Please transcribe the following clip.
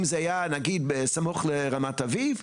אם זה היה נגיד בסמוך לרמת אביב,